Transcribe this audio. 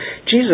Jesus